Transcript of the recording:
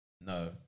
No